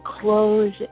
close